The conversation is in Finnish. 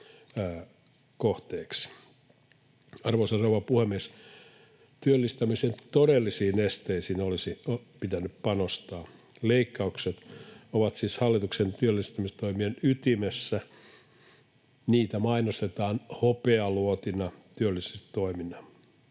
Arvoisa rouva puhemies! Työllistämisen todellisiin esteisiin olisi pitänyt panostaa. Leikkaukset ovat siis hallituksen työllistämistoimien ytimessä. Niitä mainostetaan hopealuotina työllisyystoimille.